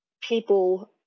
people